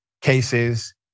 cases